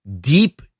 deep